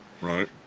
Right